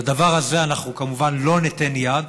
לדבר הזה אנחנו כמובן לא ניתן יד.